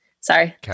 sorry